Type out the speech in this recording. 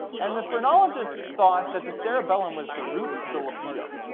and the phrenologists thought that the cerebellum was the root of the libido.